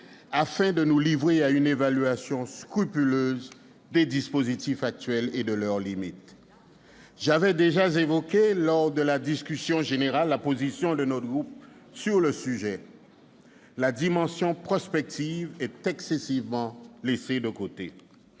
afin de nous livrer à une évaluation scrupuleuse des dispositifs actuels et de leurs limites. J'avais déjà évoqué, lors de la discussion générale, la position de notre groupe sur le sujet : la dimension prospective est excessivement laissée de côté.